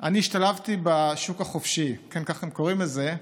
אני השתלבתי בשוק החופשי, כן, כך הם קוראים לזה: